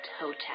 Hotel